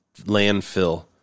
landfill